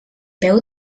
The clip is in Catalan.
peu